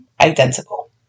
identical